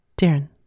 Darren